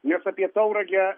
nes apie tauragę